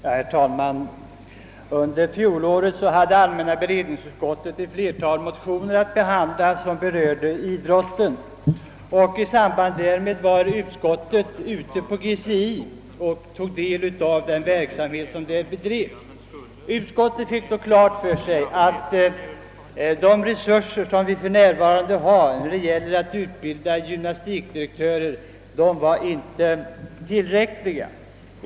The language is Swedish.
Herr talman! Under fjolåret hade allmänna beredningsutskottet ett flertal motioner att behandla som berörde idrotten, och i samband därmed besökte utskottet GCI och tog del av verksamheten där. Utskottet fick då klart för sig att de resurser vi har för närvarande när det gäller att utbilda gymnastikdirektörer inte är tillräckliga.